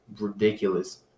ridiculous